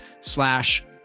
slash